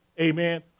Amen